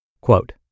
Quote